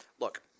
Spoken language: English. Look